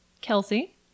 Kelsey